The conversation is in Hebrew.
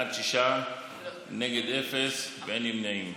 שישה, נגד, אפס, ואין נמנעים.